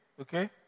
Okay